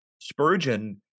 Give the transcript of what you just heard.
Spurgeon